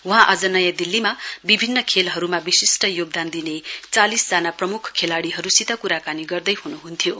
वहाँ आज नयाँ दिल्लीमा विभिन्न खेलहरूमा विशिष्ट योगदान दिन चालिसजना प्रमुख खेलाडीहरूसित क्राकानी गर्दैह्नुहन्थ्यो